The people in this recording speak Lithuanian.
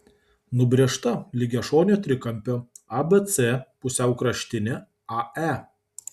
nubrėžta lygiašonio trikampio abc pusiaukraštinė ae